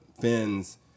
fins